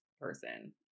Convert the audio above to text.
person